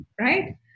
right